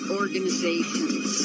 organizations